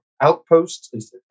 outposts